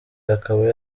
akaba